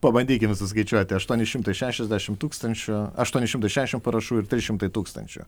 pabandykim suskaičiuoti aštuoni šimtai šešiasdešimt tūkstančių aštuoni šimtai šešiasdešim parašų ir trys šimtai tūkstančių